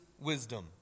wisdom